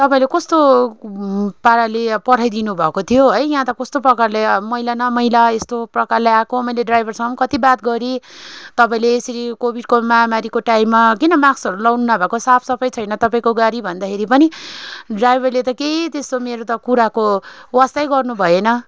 तपाईँले कस्तो पाराले अब पठाइदिनु भएको थियो है यहाँ त कस्तो प्रकारले मैला न मैला यस्तो प्रकारले आको मैले ड्राइभरसँग कति बात गरेँ तपाईँले यसरी कोभिडको महामारीको टाइममा किन मास्कहरू लगाउनु नभएको साफसफाइ छैन तपाईँको गाडी भन्दाखेरि पनि ड्राइभरले केही त्यस्तो मेरो त कुराको वास्तै गर्नुभएन